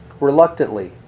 reluctantly